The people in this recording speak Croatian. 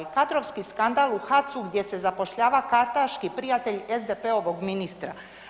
Kadrovski skandal u HAC-u gdje se zapošljava kartaški prijatelj SDP-ovog ministra.